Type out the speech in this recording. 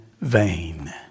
vain